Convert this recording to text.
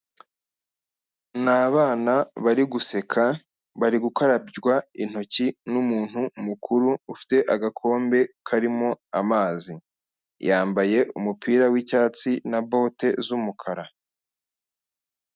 Ni abana bari guseka, bari gukarabywa intoki n'umuntu mukuru ufite agakombe karimo amazi. Yambaye umupira wicyatsi na bote z'umukara.